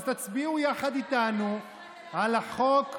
אז תצביעו יחד איתנו על החוק,